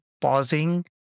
pausing